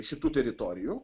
šitų teritorijų